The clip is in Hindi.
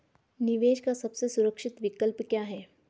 निवेश का सबसे सुरक्षित विकल्प क्या है?